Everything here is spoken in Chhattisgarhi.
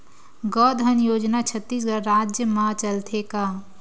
गौधन योजना छत्तीसगढ़ राज्य मा चलथे का?